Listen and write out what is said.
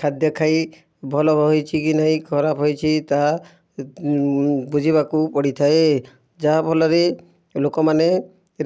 ଖାଦ୍ୟ ଖାଇ ଭଲ ହୋଇଛି କି ନାହିଁ ଖରାପ ହୋଇଛି ତାହା ବୁଝିବାକୁ ପଡ଼ିଥାଏ ଯାହାଫଲରେ ଲୋକମାନେ